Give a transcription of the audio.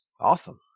awesome